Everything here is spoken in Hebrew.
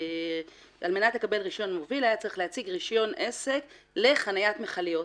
שכדי לקבל רישיון מוביל היה צריך להציג רישיון עסק לחניית מכליות,